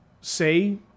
say